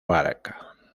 barca